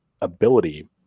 ability